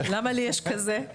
למה לי יש כזה?